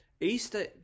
Easter